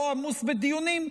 לא עמוס בדיונים,